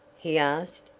he asked.